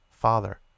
father